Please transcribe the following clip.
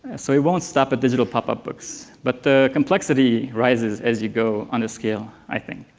so we we don't stop with digital pop-up books, but the complexity rises as you go on the scale, i think.